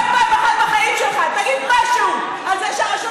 אתה פעם אחת בחיים שלך תגיד משהו על זה שהרשות